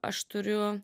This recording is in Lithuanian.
aš turiu